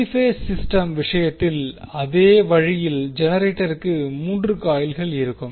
3 phase system விஷயத்தில் அதே வழியில் ஜெனரேட்டருக்கு 3 காயில்கள் இருக்கும்